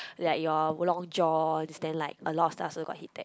like your long joins then like a lot of stuffs also got heated